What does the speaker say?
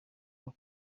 kuba